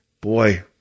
boy